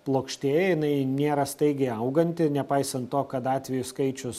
plokštėja jinai nėra staigiai auganti nepaisant to kad atvejų skaičius